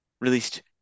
released